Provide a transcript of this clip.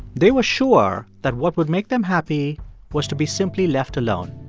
they were sure that what would make them happy was to be simply left alone,